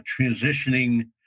transitioning